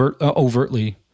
overtly